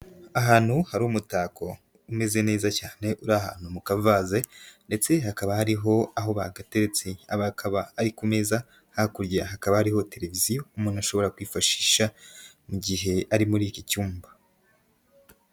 Ahantu hari umutako umeze neza cyane, uri ahantu mu kavaze ndetse hakaba hariho aho bagatetse akaba ari ku meza, hakurya hakaba hariho televiziyo, umuntu ashobora kwifashisha mu gihe ari muri iki cyumba.